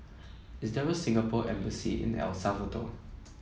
is there a Singapore Embassy in El Salvador